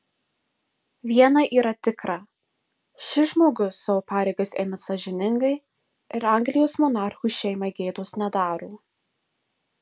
viena yra tikra šis žmogus savo pareigas eina sąžiningai ir anglijos monarchų šeimai gėdos nedaro